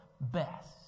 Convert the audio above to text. best